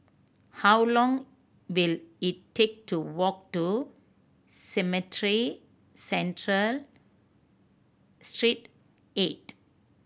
how long will it take to walk to Cemetry Central Street Eight